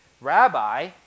Rabbi